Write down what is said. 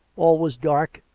all was dark,